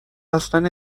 اصلن